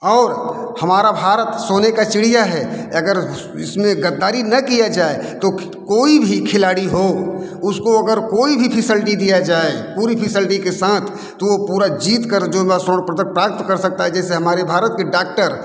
और हमारा भारत सोने का चिड़िया है अगर इसमें गद्दारी न किया जाए तो कोई भी खिलाड़ी हो उसको अगर कोई भी फीसलटी दिया जाए पूरी फीसलटी के साथ तो वो पूरा जीत कर जो होगा स्वर्ण प्रदक प्राप्त कर सकता है जैसे हमारे भारत के डाक्टर